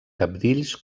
cabdills